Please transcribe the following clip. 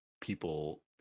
people